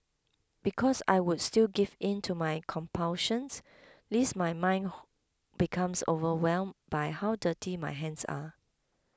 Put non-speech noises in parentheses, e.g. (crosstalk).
because I would still give in to my compulsions lest my mind (hesitation) becomes overwhelmed by how dirty my hands are